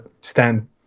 stand